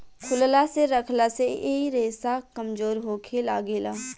खुलला मे रखला से इ रेसा कमजोर होखे लागेला